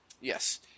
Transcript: yes